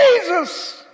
Jesus